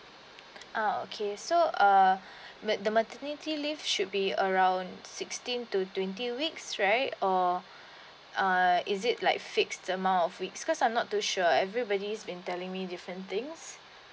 ah okay so uh the maternity leave should be around sixteen to twenty weeks right or uh is it like fixed amount of weeks cause I am not too sure everybody has been telling me different things